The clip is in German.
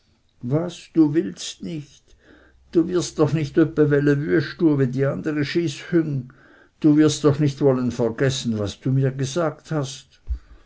was du willst nicht du wirst doch nit öppe welle wüest tue wie die andere schyßhüng du wirst doch nicht wollen vergessen was du mir gesagt hast